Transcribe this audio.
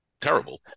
Terrible